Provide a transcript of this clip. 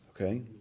Okay